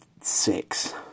six